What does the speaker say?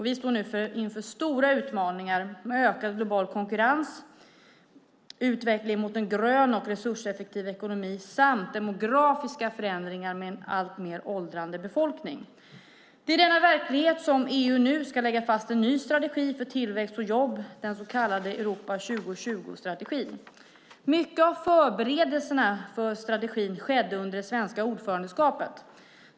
Vi står nu inför stora utmaningar med ökad global konkurrens, utvecklingen mot en grön och resurseffektiv ekonomi samt demografiska förändringar med en åldrande befolkning. Det är i denna verklighet som EU nu ska lägga fast en ny strategi för tillväxt och jobb, den så kallade Europa 2020-strategin. Mycket av förberedelserna för strategin skedde under det svenska ordförandeskapet.